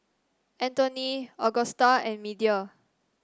Anthoney Augusta and Media